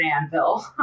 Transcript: anvil